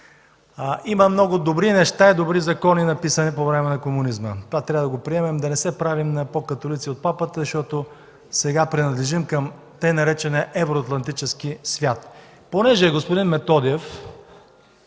Има много добри неща и добри закони, написани по време на комунизма. Това трябва да го приемем и да не се правим на по-католици от папата, защото сега принадлежим към така наречения „евроатлантически свят”. Господин Методиев,